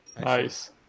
Nice